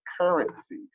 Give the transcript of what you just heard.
currency